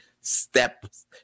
steps